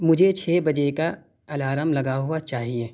مجھے چھ بجے کا الارم لگا ہوا چاہیئے